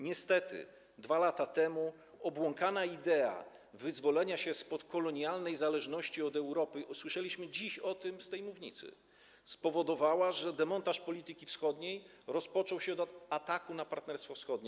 Niestety 2 lata temu obłąkana idea wyzwolenia się spod kolonialnej zależności od Europy - usłyszeliśmy dziś o tym z tej mównicy - spowodowała, że demontaż polityki wschodniej rozpoczął się od ataku na Partnerstwo Wschodnie.